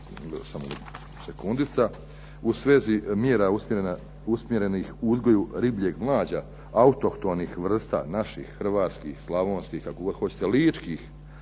u svezi mjera usmjerenih u uzgoju ribljeg mlađa autohtonih vrsta, naših hrvatskih, slavonskih, kako god hoćete, ličkih,